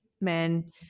men